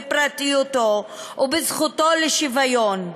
בפרטיותו ובזכותו לשוויון.